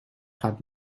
gaat